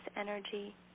energy